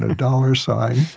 ah dollar sign,